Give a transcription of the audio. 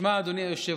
שמע, אדוני היושב-ראש.